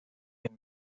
hija